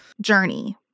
journey